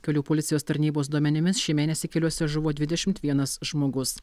kelių policijos tarnybos duomenimis šį mėnesį keliuose žuvo dvidešimt vienas žmogus